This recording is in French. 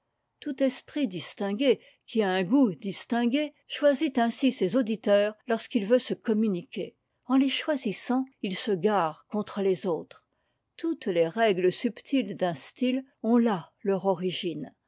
tout esprit distingué qui a un goût distingué choisit ainsi ses auditeurs lorsqu'il veut se communiquer en les choisissant il se gare contre les autres toutes les règles subtiles d'un style ont là leur origine